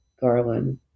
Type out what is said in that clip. Garland